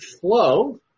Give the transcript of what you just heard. flow